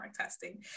testing